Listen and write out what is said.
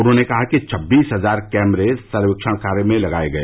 उन्होंने कहा कि छब्बीस हजार कैमरे सर्वेक्षण कार्य में लगाये गए